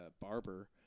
barber